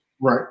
Right